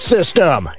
System